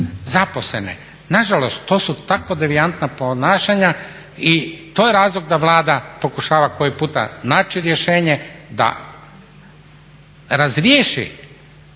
zaposlene. Nažalost to su tako devijantna ponašanja i to je razlog da Vlada pokušava koji puta naći rješenje da razriješi